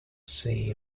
see